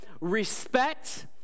respect